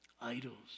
idols